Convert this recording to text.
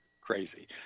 Crazy